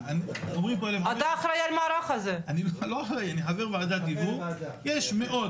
יש עשרות,